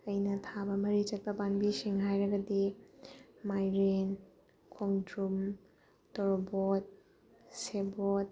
ꯑꯩꯅ ꯊꯥꯕ ꯃꯔꯤꯆꯠꯄ ꯄꯥꯝꯕꯤꯁꯤꯡ ꯍꯥꯏꯔꯒꯗꯤ ꯃꯥꯏꯔꯦꯟ ꯈꯣꯡꯗ꯭ꯔꯨꯝ ꯇꯣꯔꯕꯣꯠ ꯁꯦꯕꯣꯠ